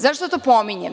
Zašto to pominjem?